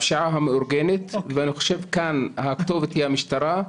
הפשיעה המאורגנת, וכאן הכתובת המשטרה,